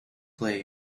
play